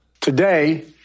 Today